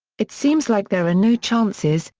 it seems like there are no chances,